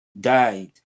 died